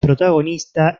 protagonista